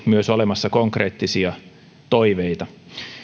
myös konkreettisia toiveita